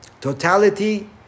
totality